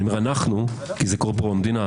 אני אומר אנחנו כי זה קורה פה במדינה,